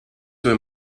свой